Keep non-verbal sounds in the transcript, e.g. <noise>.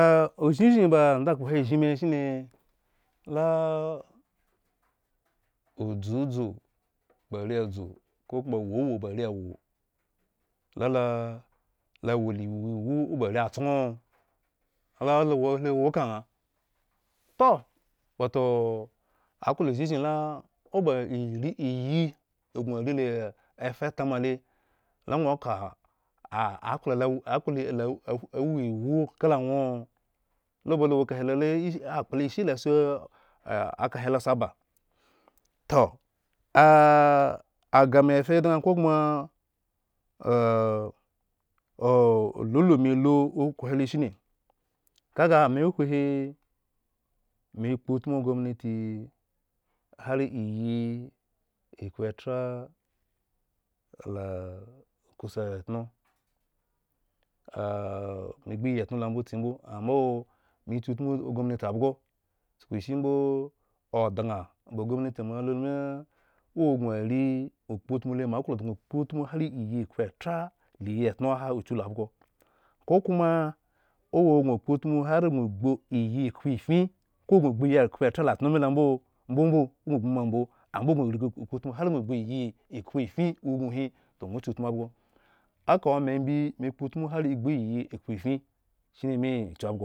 <hesitation> uzhin zhin ba ndakhpo he azhin me shin nela <noise> udzudzu ba are awo, <unintelligible> lalowa laiwuwu oba are tsoŋ? La lowo kaŋha, toh wato aklo zhuzhin la owo ba <unintelligible> iyli iyi egŋ fatama le, la ŋwo ka ah akpla la ak plaahla aw awo iwu kala ŋwo?-la balo wo kahelole akpla ishi la si ah ekah elo asi aba? Toh <hesitation> agah me efa dŋo kok oma <hesitation> lu me ya hu okhro helo shine kaga ame uhuhi. me kpoutmu oganti hare iyii ekhpoethra la kusa atno <hesitation> me gbu iyii amo lo mbo tse mbo ambo me kyu utmu ogaomti abmbo me kyu utmu ogomnati abhgo chukushimbo o dŋa ba ogomnati moalu ma ogŋoare okpoutmu le moaklo dŋo kpoutmu hare. gŋbu iyii ekhp oetherra la atno milo ambo, mbo ŋwo gbu ma mbo, ambo gŋ riga okpotmuhare gŋo gbu iyii ekhpo efin ubinhi toh ŋwo kyu utmu abhgo, aka ome imbi me kpotmu hare egbu iyii ekhpoetin shine me kyau abhgo